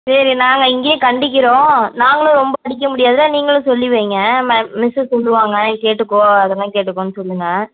சரி நாங்கள் இங்கேயே கண்டிக்கிறோம் நாங்களும் ரொம்ப கண்டிக்க முடியாது நீங்களும் சொல்லி வைங்க மேம் மிஸ்சு சொல்லுவாங்க கேட்டுக்கோ அதலாம் கேட்டுக்கோனு சொல்லுங்க